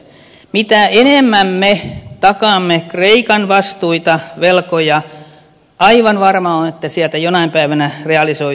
mitä enemmän me takaamme kreikan vastuita ja velkoja aivan varma on että ne sieltä jonain päivänä realisoituvat